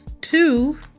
two